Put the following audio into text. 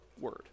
word